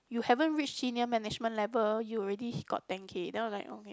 you haven't reach senior management level you already got ten K then was like okay